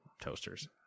toasters